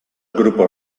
grupos